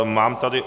Mám tady...